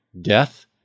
death